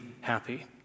happy